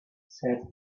said